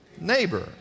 neighbor